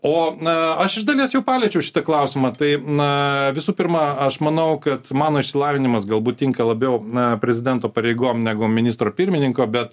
o na aš iš dalies jau paliečiau šitą klausimą tai na visų pirma aš manau kad mano išsilavinimas galbūt tinka labiau na prezidento pareigom negu ministro pirmininko bet